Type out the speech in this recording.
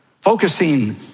Focusing